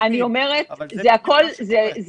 אבל זה בדיוק מה שכדאי --- אבל,